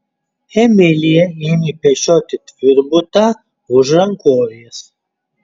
emilija ėmė pešioti tvirbutą už rankovės